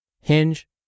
hinge